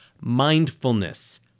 Mindfulness